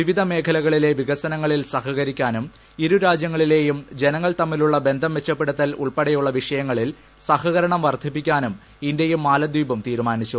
വിവിധ മേഖലകളിലെ വികസനങ്ങളിൽ സഹകരിക്കാനും ഇരു രാജൃങ്ങളിലെയും ജനങ്ങൾ തമ്മിലുള്ള ബന്ധം മെച്ചപ്പെടുത്തൽ ഉൾപ്പെടെയുള്ള വിഷയങ്ങളിൽ സഹകരണം വർദ്ധിപ്പിക്കാനും ഇന്ത്യയും മാലദ്വീപും തീരുമാനിച്ചു